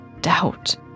doubt